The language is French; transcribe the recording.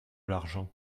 l’argent